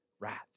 wrath